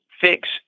fix